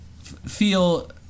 feel